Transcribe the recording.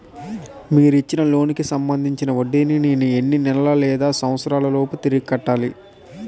మీరు ఇచ్చిన లోన్ కి సంబందించిన వడ్డీని నేను ఎన్ని నెలలు లేదా సంవత్సరాలలోపు తిరిగి కట్టాలి?